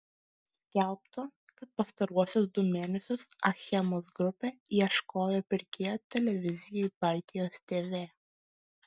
skelbta kad pastaruosius du mėnesius achemos grupė ieškojo pirkėjo televizijai baltijos tv